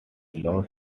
loss